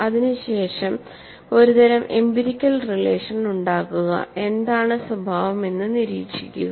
അതിനു ശേഷം ഒരുതരം എംപിരിക്കൽ റിലേഷൻ ഉണ്ടാക്കുക എന്താണ് സ്വഭാവം എന്ന് നിരീക്ഷിക്കുക